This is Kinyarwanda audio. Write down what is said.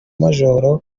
major